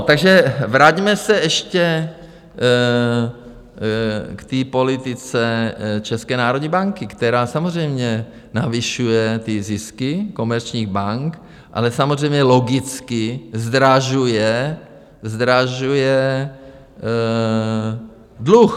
Takže vraťme se ještě k politice České národní banky, která samozřejmě navyšuje zisky komerčních bank, ale samozřejmě logicky zdražuje dluh.